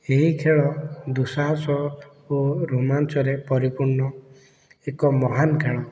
ଏହି ଖେଳ ଦୁଃସାହସ ଓ ରୋମାଞ୍ଚରେ ପରିପୂର୍ଣ୍ଣ ଏକ ମହାନ ଖେଳ